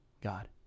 God